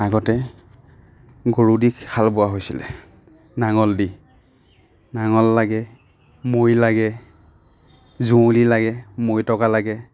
আগতে গৰু দি হাল বোৱা হৈছিলে নাঙল দি নাঙল লাগে মৈ লাগে যুঁৱলি লাগে মৈ টগা লাগে